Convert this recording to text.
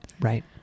Right